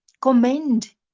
commend